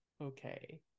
Okay